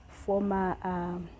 Former